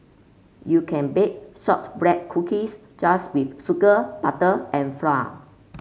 you can bake shortbread cookies just with sugar butter and flour